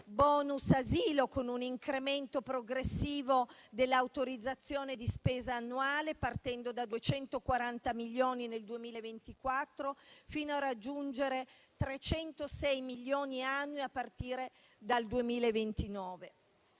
*bonus* asilo, con un incremento progressivo dell'autorizzazione di spesa annuale, partendo da 240 milioni nel 2024 fino a raggiungere 306 milioni annui a partire dal 2029.